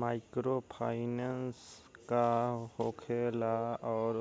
microfinance का होखेला और